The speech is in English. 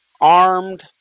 armed